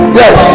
yes